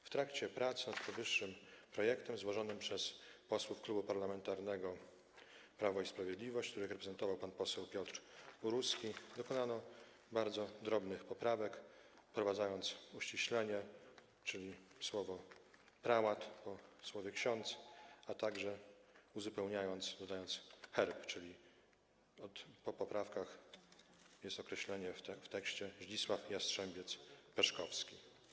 W trakcie prac nad powyższym projektem, złożonym przez posłów Klubu Parlamentarnego Prawo i Sprawiedliwość, których reprezentował pan poseł Piotr Uruski, dokonano bardzo drobnych poprawek, wprowadzając uściślenie, czyli słowo „prałat” po słowie „ksiądz”, a także uzupełniając nazwisko, dodając herb, czyli po poprawkach w tekście jest „Zdzisław Jastrzębiec-Peszkowski”